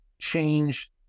change